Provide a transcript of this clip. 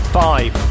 five